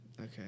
Okay